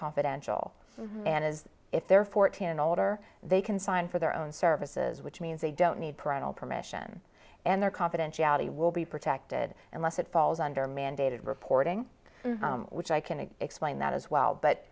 confidential and as if they're fourteen and older they can sign for their own services which means they don't need parental permission and their confidentiality will be protected unless it falls under mandated reporting which i can explain that as well but